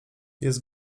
jest